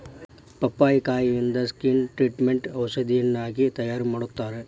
ಪಪ್ಪಾಯಿಕಾಯಿಂದ skin ಟ್ರಿಟ್ಮೇಟ್ಗ ಔಷಧಿಯನ್ನಾಗಿ ತಯಾರಮಾಡತ್ತಾರ